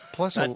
Plus